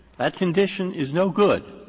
that condition is no good.